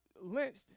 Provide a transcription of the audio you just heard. lynched